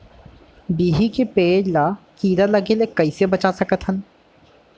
बिही के पेड़ ला कीड़ा लगे ले कइसे बचा सकथन?